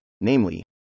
namely